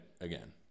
again